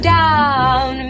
down